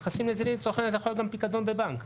ונכסים נזילים לצורך העניין זה גם יכול להיות פיקדון בבנק.